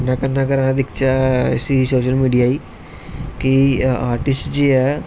कन्नै अगर अस दिखचै सोशल मिडिया च कि आर्टिसिट